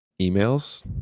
emails